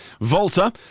Volta